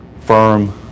firm